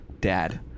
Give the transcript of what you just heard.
Dad